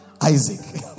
Isaac